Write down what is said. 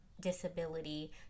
disability